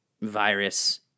virus